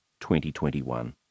2021